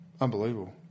Unbelievable